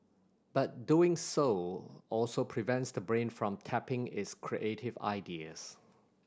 but doing so also prevents the brain from tapping its creative areas